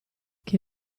che